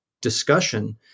discussion